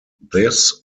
this